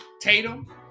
Tatum